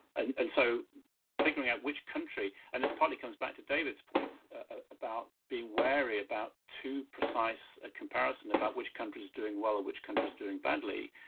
and and so figuring out which country, and it partly comes back to david's point ah about being wary about too precise a comparison about which country is doing well or which country is doing badly.